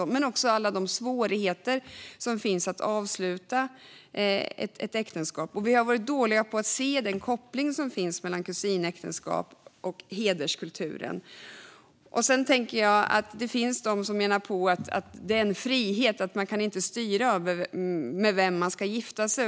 Det handlar också om alla de svårigheter som finns när det gäller att avsluta ett äktenskap. Vi har varit dåliga på att se den koppling som finns mellan kusinäktenskap och hederskulturen. Det finns de som menar att det är en frihet och att ingen ska styra över med vem man ska gifta sig.